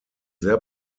sehr